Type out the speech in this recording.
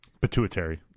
Pituitary